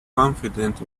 confident